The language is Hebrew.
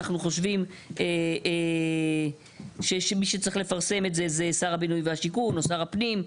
אנחנו חושבים שמי שצריך לפרסם את זה זה שר הבינוי והשיכון או שר הפנים.